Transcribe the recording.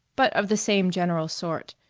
but of the same general sort,